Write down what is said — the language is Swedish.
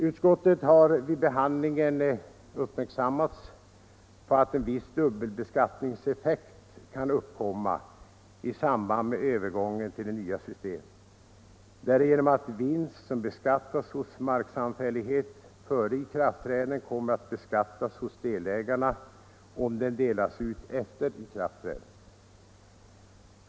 Utskottet har vid behandlingen uppmärksammats på att en viss dubbelbeskattningseffekt kan uppkomma i samband med övergången till det nya systemet därigenom att vinst som har beskattats hos marksamfällighet före ikraftträdandet kommer att beskattas hos delägarna om den delas ut efter ikraftträdandet.